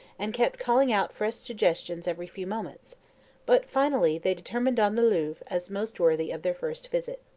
and kept calling out fresh suggestions every few moments but, finally, they determined on the louvre as most worthy of their first visit.